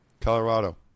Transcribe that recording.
Colorado